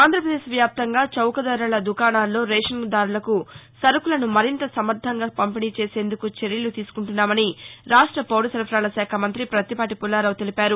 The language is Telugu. ఆంధ్రదేశ్ వ్యాప్తంగా చౌకధర దుకారాణాలలో రేషన్ దారులకు సరకులను మరింత సమర్దంగా పంపిణీచేసేందుకు చర్యలు తీసుకుంటున్నామని రాష్ట పౌర సరఫరాల శాఖ మంతి ప్రత్తిపాటి పుల్లారావు తెలిపారు